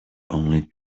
only